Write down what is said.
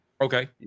Okay